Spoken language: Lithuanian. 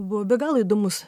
buvo be galo įdomus